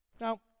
now